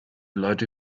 leute